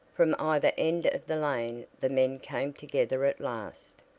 from either end of the lane the men came together at last,